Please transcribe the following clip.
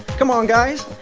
come on, guys.